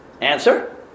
Answer